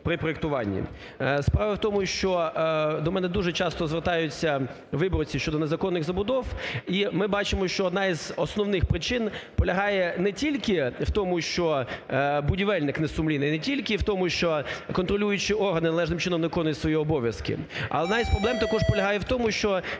при проектуванні. Справа в тому, що до мене дуже часто звертаються виборці щодо незаконних забудов. І ми бачимо, що одна із основних причин полягає не тільки в тому, що будівельник не сумлінний, не тільки в тому, що контролюючий орган неналежним чином виконує свої обов'язки, а одна із проблем також полягає в тому, що